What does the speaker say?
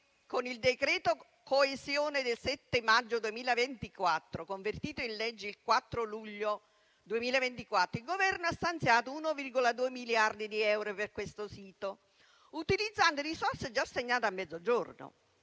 con il decreto-legge coesione del 7 maggio 2024, convertito in legge il 4 luglio 2024, il Governo ha stanziato 1,2 miliardi di euro per questo sito, utilizzando risorse già assegnate al Mezzogiorno.